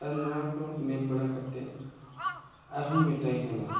ᱟᱨ ᱱᱚᱣᱟᱠᱚ ᱢᱮᱱ ᱵᱟᱲᱟ ᱠᱟᱛᱮ ᱟᱨᱦᱚᱸᱧ ᱢᱮᱛᱟᱭ ᱠᱟᱱᱟ